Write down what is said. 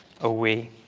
away